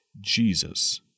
Jesus